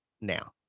now